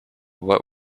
what